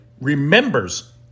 remembers